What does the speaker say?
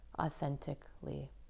authentically